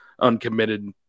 uncommitted